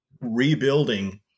rebuilding